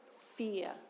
fear